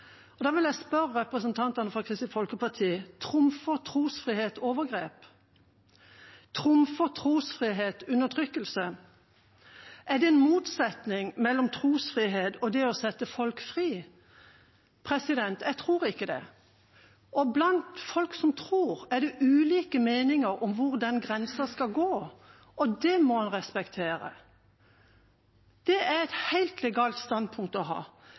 Da vil jeg spørre representantene fra Kristelig Folkeparti: Trumfer trosfrihet overgrep? Trumfer trosfrihet undertrykkelse? Er det en motsetning mellom trosfrihet og det å sette folk fri? Jeg tror ikke det. Og blant folk som tror, er det ulike meninger om hvor den grensa skal gå, og det må en respektere. Det er et helt legalt standpunkt å ha.